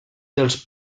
dels